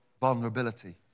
vulnerability